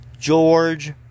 George